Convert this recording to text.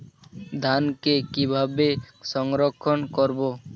ধানকে কিভাবে সংরক্ষণ করব?